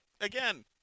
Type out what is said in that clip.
again